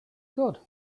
good